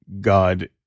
God